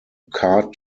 car